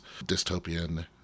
dystopian